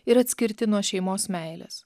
ir atskirti nuo šeimos meilės